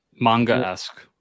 manga-esque